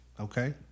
Okay